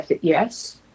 Yes